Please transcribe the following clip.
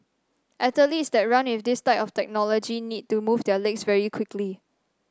athletes that run with this type of technology need to move their legs very quickly